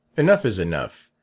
enough is enough.